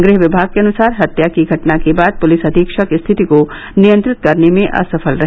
गृह विभाग के अनुसार हत्या की घटना के बाद पुलिस अधीक्षक स्थिति को नियंत्रित करने में असफल रहे